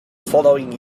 following